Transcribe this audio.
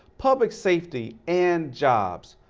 public safety and jobs.